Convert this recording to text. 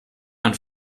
man